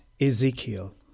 Ezekiel